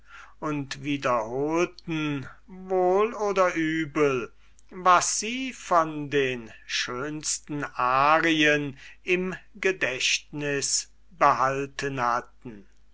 und wiederholten wohl oder übel was sie von den schönsten arien im gedächtnis behalten hatten